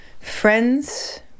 Friends